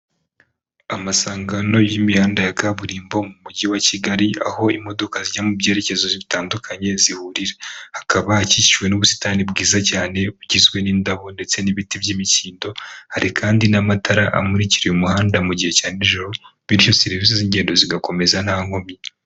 Amasangano y'imihanda ya kaburimbo mu mujyi wa Kigali aho imodoka zijya mu byerekezo bitandukanye zihurira. Hakaba hakikiwe n'ubusitani bwiza cyane bugizwe n'indabo ndetse n'ibiti by'imikindo. Hari kandi n'amatara amurikira uyu muhanda mu gihe cya nijoro, bityo serivisi z'ingendo zigakomeza nta nkomyi.